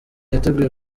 yateguye